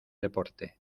deporte